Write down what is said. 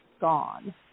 gone